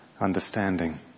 understanding